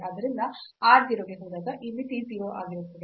ಆದ್ದರಿಂದ r 0 ಗೆ ಹೋದಾಗ ಈ ಮಿತಿ 0 ಆಗಿರುತ್ತದೆ